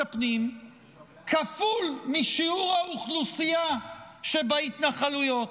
הפנים כפול משיעור האוכלוסייה שבהתנחלויות.